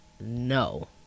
no